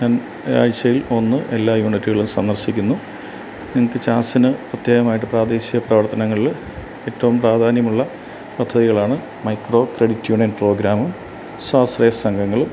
ഞാൻ ആഴ്ചയില് ഒന്ന് എല്ലാ യൂണിറ്റുകളും സന്ദര്ശിക്കുന്നു നമുക്ക് ചാള്സിനു പ്രത്യേകമായിട്ട് പ്രാദേശിക പ്രവര്ത്തനങ്ങളിലും ഏറ്റവും പ്രാധാന്യമുള്ള പദ്ധതികളാണ് മൈക്രോ ക്രെഡിറ്റ് യൂണിയന് പ്രോഗ്രാം സ്വാശ്രയ സംഘങ്ങൾ